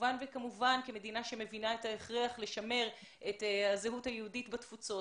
כמובן כמדינה שמבינה את ההכרח לשמר את הזהות היהודית בתפוצות,